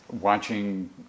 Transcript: watching